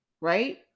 right